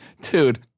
dude